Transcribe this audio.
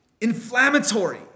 inflammatory